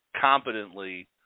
competently